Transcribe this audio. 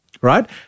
right